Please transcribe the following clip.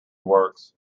works